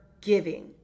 giving